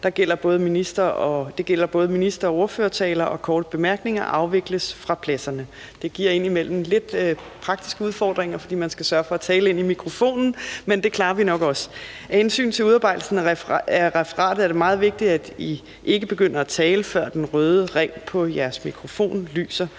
det gælder både minister- og ordførertaler og korte bemærkninger – afvikles fra pladserne. Det giver indimellem lidt praktiske udfordringer, fordi man skal sørge for at tale ind i mikrofonen, men det klarer vi nok også. Af hensyn til udarbejdelsen af referatet er det meget vigtigt, at I ikke begynder at tale, før den røde ring på jeres mikrofon lyser.